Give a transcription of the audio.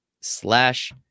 slash